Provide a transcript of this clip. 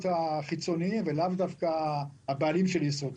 החיצוניים ולאו דווקא הבעלים של ישרוטל.